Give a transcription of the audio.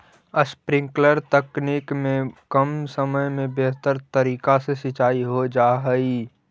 sprinkler तकनीक में कम समय में बेहतर तरीका से सींचाई हो जा हइ